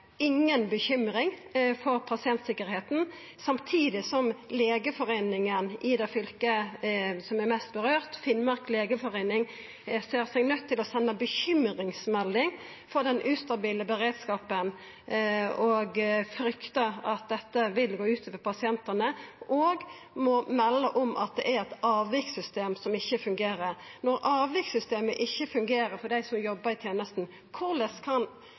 bekymring for pasientsikkerheita samtidig som legeforeininga i det fylket dette får størst følgjer for, Finnmark legeforening, ser seg nøydde til å senda bekymringsmelding på grunn av den ustabile beredskapen. Dei fryktar at dette vil gå ut over pasientane og må melda om at avvikssystemet ikkje fungerer. Når avvikssystemet ikkje fungerer for dei som jobbar i tenesta, korleis kan